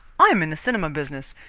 i am in the cinema business.